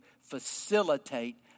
facilitate